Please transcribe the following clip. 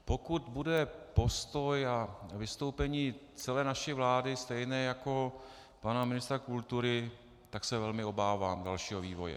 Pokud bude postoj a vystoupení celé naší vlády stejné jako pana ministra kultury, tak se velmi obávám dalšího vývoje.